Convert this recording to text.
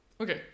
Okay